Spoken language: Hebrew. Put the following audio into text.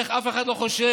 איך אף אחד לא חושב: